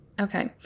Okay